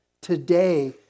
today